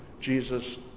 Jesus